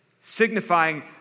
Signifying